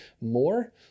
more